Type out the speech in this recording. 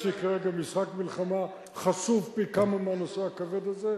יש לי כרגע משחק מלחמה חשוב פי כמה מהנושא הכבד הזה,